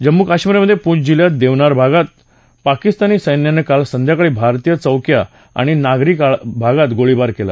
जम्मू काश्मीरमधे पूंछ जिल्ह्यात देगवार भागात पाकिस्तानी सैन्यानं काल संध्याकाळी भारतीय चौक्या आणि नागरी भागात गोळीबार केला